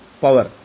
Power